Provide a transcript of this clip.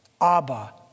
Abba